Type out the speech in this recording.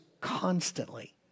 constantly